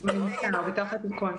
הוא בתוך התיקון.